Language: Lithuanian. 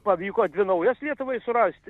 pavyko dvi naujas lietuvoj surast